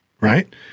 right